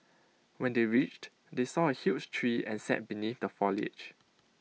when they reached they saw A huge tree and sat beneath the foliage